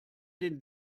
den